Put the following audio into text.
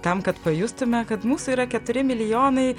tam kad pajustume kad mūsų yra keturi milijonai